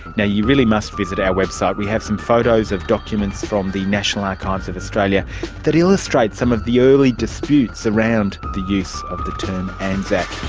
yeah you really must visit our website, we have some photos of documents from the national archives of australia that illustrate some of the early disputes around the use of the term anzac.